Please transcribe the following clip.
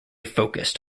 focused